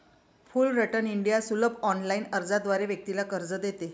Fullerton India सुलभ online अर्जाद्वारे व्यक्तीला कर्ज देते